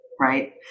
right